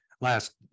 last